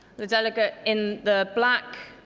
the delegate in the black,